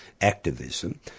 activism